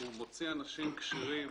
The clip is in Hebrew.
הוא מוציא אנשים כשירים